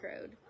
road